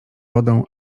wodą